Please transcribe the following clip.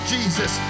Jesus